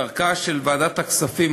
וכדרכה של ועדת הכספים,